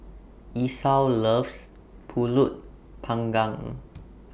Esau loves Pulut Panggang